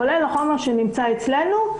כולל החומר שנמצא אצלנו.